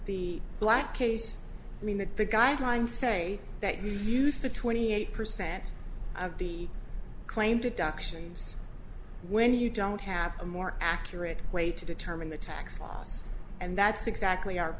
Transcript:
the black case i mean that the guidelines say that you use the twenty eight percent of the claim to duction when you don't have a more accurate way to determine the tax loss and that's exactly our